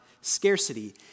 scarcity